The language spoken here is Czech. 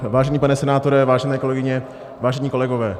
Vážený pane senátore, vážené kolegyně, vážení kolegové.